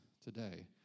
today